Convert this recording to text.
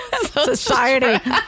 Society